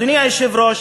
אדוני היושב-ראש,